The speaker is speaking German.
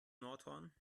nordhorn